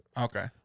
Okay